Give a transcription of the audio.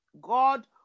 God